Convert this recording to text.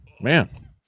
man